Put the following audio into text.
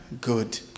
good